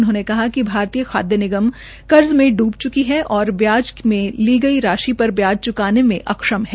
उन्होंने कहा कि भारतीय खाय निगम कर्ज मे इब चुकी है और ब्याज र ली गई राशि का ब्याज चुकाने में अक्षम है